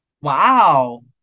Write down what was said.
Wow